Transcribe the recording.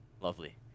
Lovely